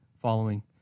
following